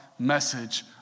message